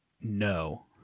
No